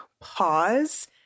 pause